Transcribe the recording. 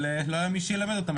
אבל לא היה מי שילמד אותם.